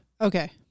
Okay